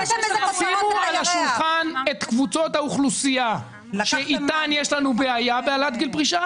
שימו על השולחן את קבוצות האוכלוסייה אתן יש לנו בעיה בהעלאת גיל פרישה